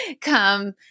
come